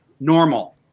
normal